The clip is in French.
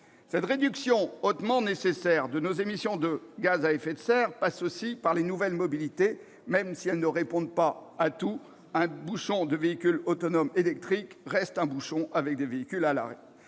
Cette réduction hautement nécessaire de nos émissions de gaz à effet de serre passe aussi par les nouvelles mobilités, même si elles ne répondent pas à tout : un bouchon de véhicules autonomes reste un bouchon, avec des véhicules à l'arrêt